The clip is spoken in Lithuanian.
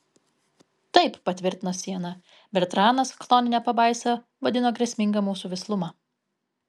taip patvirtino siena bertranas chtonine pabaisa vadino grėsmingą mūsų vislumą